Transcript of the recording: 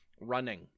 running